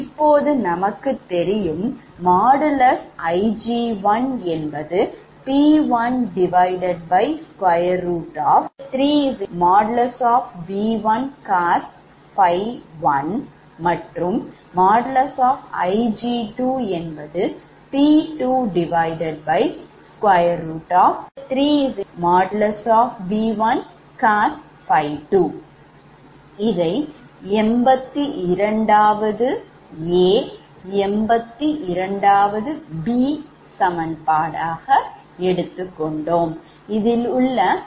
இப்போது நமக்குத் தெரியும் |Ig1| P13|V1|COS∅1 |Ig2| P23|V1|COS∅2 இதை 82 a 82 b சமன்பாடுடாக எடுத்துக் கொண்டோம்